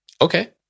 Okay